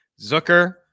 zucker